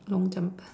lom-chiam-pas